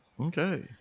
Okay